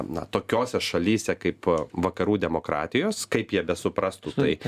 na tokiose šalyse kaip vakarų demokratijos kaip jie besuprastų tai